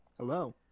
Hello